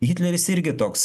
hitleris irgi toks